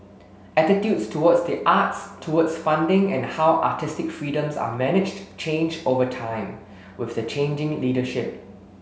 attitudes towards the arts towards funding and how artistic freedoms are managed change over time with the changing leadership